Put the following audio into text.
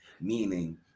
Meaning